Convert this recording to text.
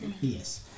Yes